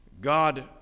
God